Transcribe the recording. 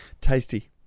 Tasty